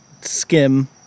skim